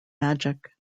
magic